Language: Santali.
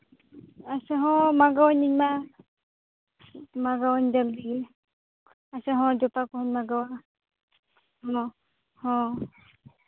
ᱟᱪᱪᱷᱟ ᱢᱟᱜᱳᱭ ᱤᱧ ᱢᱟ ᱢᱟᱜᱟᱣᱟ ᱡᱚᱞᱫᱤ ᱜᱮ ᱟᱪᱪᱷᱟ ᱦᱳᱭ ᱡᱩᱛᱟᱹ ᱠᱚᱦᱚᱸᱧ ᱢᱟᱜᱟᱣᱟ ᱦᱚᱸ ᱦᱚᱸ